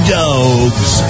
dogs